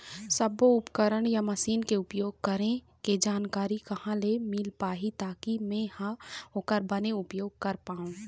सब्बो उपकरण या मशीन के उपयोग करें के जानकारी कहा ले मील पाही ताकि मे हा ओकर बने उपयोग कर पाओ?